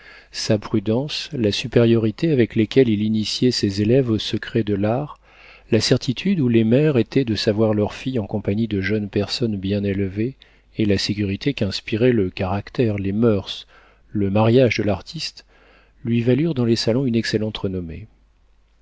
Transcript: sa prudence la supériorité avec lesquelles il initiait ses élèves aux secrets de l'art la certitude où les mères étaient de savoir leurs filles en compagnie de jeunes personnes bien élevées et la sécurité qu'inspiraient le caractère les moeurs le mariage de l'artiste lui valurent dans les salons une excellente renommée